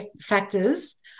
factors